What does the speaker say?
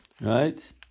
right